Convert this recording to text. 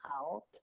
out